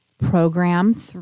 program